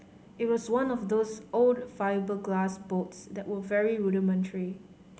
it was one of those old fibreglass boats that were very rudimentary